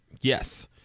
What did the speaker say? Yes